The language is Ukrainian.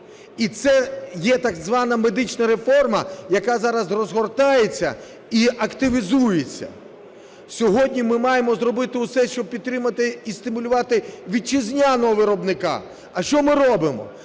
І це є так звана медична реформа, яка зараз розгортається і активізується. Сьогодні ми маємо зробити усе, щоб підтримати і стимулювати вітчизняного виробника. А що ми робимо?